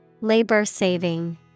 Labor-saving